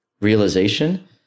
realization